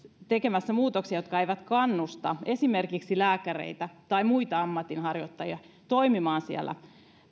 tekemässä muutoksia jotka eivät kannusta esimerkiksi lääkäreitä tai muita ammatinharjoittajia toimimaan siellä